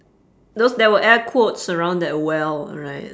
those there were air quotes around that well right